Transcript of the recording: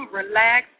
relax